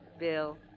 Bill